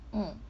mm